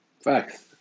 Facts